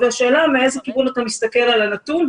והשאלה היא מאיזה כיוון אתה מסתכל על הנתון.